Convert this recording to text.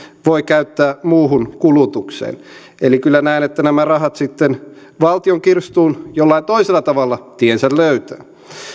voivat käyttää muuhun kulutukseen eli kyllä näen että nämä rahat sitten valtion kirstuun jollakin toisella tavalla tiensä löytävät